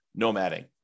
nomading